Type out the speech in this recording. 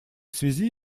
связи